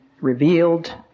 revealed